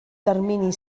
termini